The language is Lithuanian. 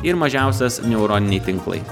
ir mažiausias neuroniniai tinklai